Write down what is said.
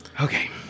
Okay